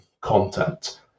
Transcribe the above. content